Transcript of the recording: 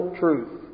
truth